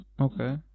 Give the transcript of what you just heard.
Okay